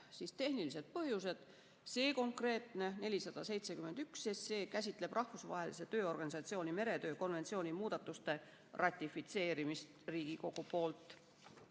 on tehnilised põhjused. See konkreetne eelnõu, 471 SE, käsitleb Rahvusvahelise Tööorganisatsiooni meretöö konventsiooni muudatuste ratifitseerimist Riigikogus,